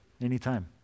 anytime